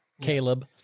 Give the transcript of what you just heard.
Caleb